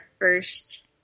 first